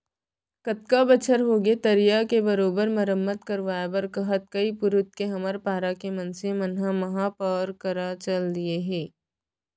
कतका बछर होगे तरिया के बरोबर मरम्मत करवाय बर कहत कई पुरूत के हमर पारा के मनसे मन महापौर करा चल दिये हें